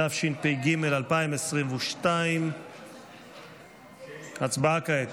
התשפ"ג 2022. הצבעה כעת.